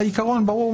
העיקרון הוא ברור,